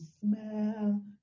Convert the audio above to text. smell